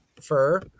fur